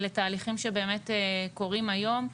אלה תהליכים שבאמת קורים היום.